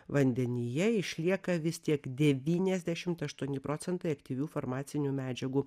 vandenyje išlieka vis tiek devyniasdešimt aštuoni procentai aktyvių farmacinių medžiagų